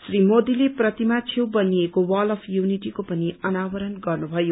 श्री मोदीले प्रतिमा छेउ बनिएको वाल अफ् यूनिटीको पनि अनावरण गर्नुभयो